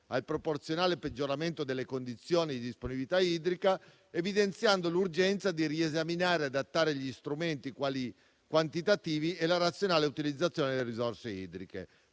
al proporzionale peggioramento delle condizioni di disponibilità idrica, evidenziando l'urgenza di riesaminare e adattare gli strumenti quantitativi e la razionale utilizzazione delle risorse idriche.